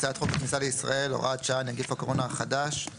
הוראת שעה